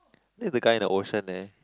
there the guy in the ocean there